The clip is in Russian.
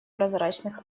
прозрачных